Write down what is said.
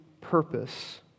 purpose